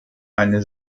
eine